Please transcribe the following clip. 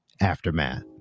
Aftermath